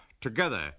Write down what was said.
together